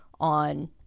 on